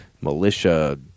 militia